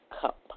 cup